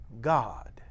God